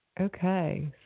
Okay